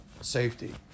safety